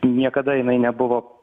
niekada jinai nebuvo